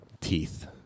teeth